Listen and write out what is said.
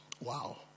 Wow